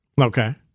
Okay